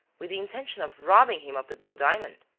with the intention of robbing him of the blue diamond,